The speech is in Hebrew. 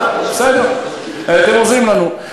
בסדר, אתם עוזרים לנו.